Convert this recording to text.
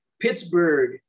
Pittsburgh